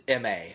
MA